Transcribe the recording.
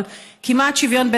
כמעט שוויון,